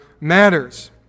matters